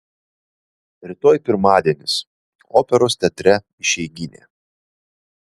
rytoj pirmadienis operos teatre išeiginė